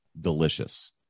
delicious